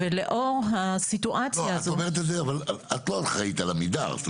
את אומרת את זה אבל את לא אחראית על עמידר.